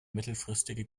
mittelfristige